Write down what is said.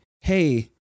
Hey